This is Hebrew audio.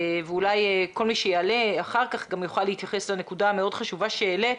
ואולי כל מי שיעלה אחר כך גם יוכל להתייחס לנקודה המאוד חשובה שהעלית,